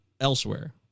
elsewhere